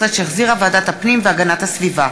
2016, שהחזירה ועדת הפנים והגנת הסביבה.